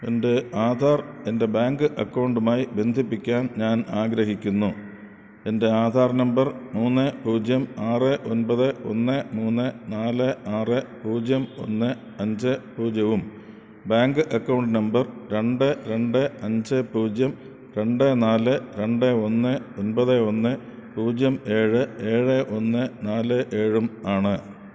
എൻ്റെ ആധാർ എൻ്റെ ബാങ്ക് അക്കൗണ്ടുമായി ബന്ധിപ്പിക്കാൻ ഞാൻ ആഗ്രഹിക്കുന്നു എൻ്റെ ആധാർ നമ്പർ മൂന്ന് പൂജ്യം ആറ് ഒന്പത് ഒന്ന് മൂന്ന് നാല് ആറ് പൂജ്യം ഒന്ന് അഞ്ച് പൂജ്യവും ബാങ്ക് അക്കൗണ്ട് നമ്പർ രണ്ട് രണ്ട് അഞ്ച് പൂജ്യം രണ്ട് നാല് രണ്ട് ഒന്ന് ഒന്പത് ഒന്ന് പൂജ്യം ഏഴ് ഏഴ് ഒന്ന് നാല് ഏഴും ആണ്